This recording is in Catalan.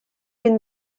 ben